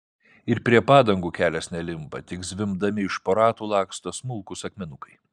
ir prie padangų kelias nelimpa tik zvimbdami iš po ratų laksto smulkūs akmenukai